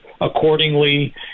accordingly